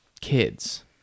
kids